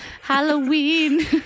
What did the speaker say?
Halloween